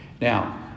Now